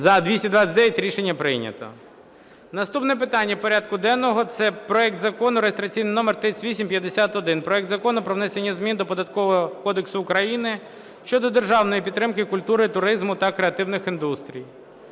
За-229 Рішення прийнято. Наступне питання порядку денного – це проект Закону реєстраційний номер 3851: проект Закону про внесення змін до Податкового кодексу України щодо державної підтримки культури, туризму та креативних індустрій.